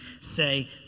say